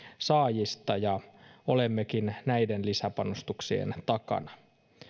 saajista ja olemmekin näiden lisäpanostuksien takana